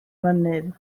mynydd